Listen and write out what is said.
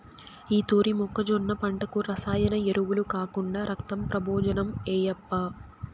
ఈ తూరి మొక్కజొన్న పంటకు రసాయన ఎరువులు కాకుండా రక్తం ప్రబోజనం ఏయప్పా